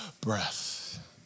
breath